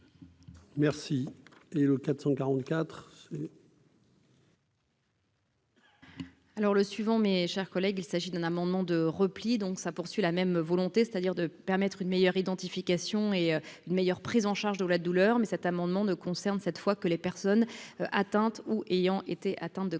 quarante-quatre. Alors le suivant, mes chers collègues, il s'agit d'un amendement de repli, donc ça, poursuit la même volonté, c'est-à-dire de permettre une meilleure identification et une meilleure prise en charge de la douleur, mais cet amendement ne concerne cette fois que les personnes atteintes ou ayant été atteintes de